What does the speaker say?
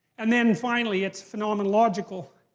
and then, finally, it's phenomenological.